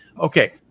Okay